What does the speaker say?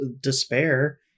despair